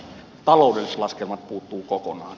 taloudelliset laskelmat puuttuvat kokonaan